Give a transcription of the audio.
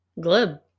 Glib